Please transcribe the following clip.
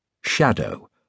Shadow